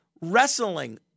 wrestling